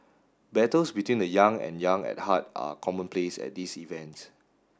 battles between the young and young at heart are commonplace at these events